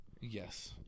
Yes